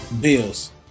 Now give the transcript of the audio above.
Bills